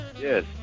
Yes